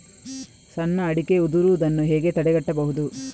ಸಣ್ಣ ಅಡಿಕೆ ಉದುರುದನ್ನು ಹೇಗೆ ತಡೆಗಟ್ಟಬಹುದು?